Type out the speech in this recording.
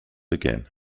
again